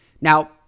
Now